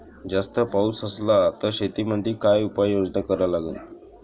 जास्त पाऊस असला त शेतीमंदी काय उपाययोजना करा लागन?